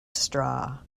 straw